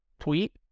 tweet